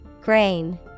Grain